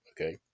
okay